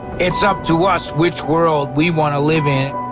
it's up to us which world we want to live in.